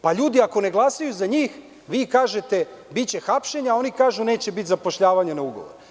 Pa ljudi ako ne glasaju za njih, vi kažete biće hapšenja, a oni kažu neće biti zapošljavanja na ugovor.